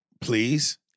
Please